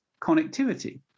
connectivity